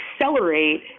accelerate